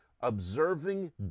observing